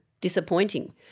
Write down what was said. disappointing